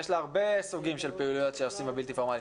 יש הרבה סוגים של פעילויות שעושים בחינוך הבלתי פורמלי.